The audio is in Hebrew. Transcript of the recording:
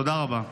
תודה רבה.